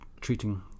treating